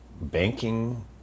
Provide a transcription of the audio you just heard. banking